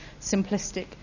simplistic